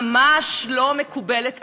ממש לא מקובלות עלינו.